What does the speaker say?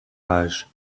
rage